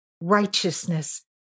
righteousness